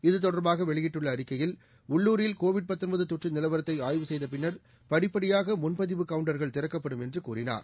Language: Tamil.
இது தொடர்பாக வெளியிட்டுள்ள அறிக்கையில் உள்ளூரில் கோவிட் தொற்று நிலவரத்தை ஆய்வு செய்த பின்னர் படிப்படியாக முன்பதிவு கவுண்டர்கள் திறக்கப்படும் என்று கூறினார்